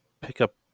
pickup